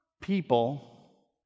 people